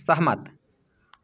सहमत